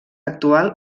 actual